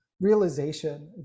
realization